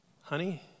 Honey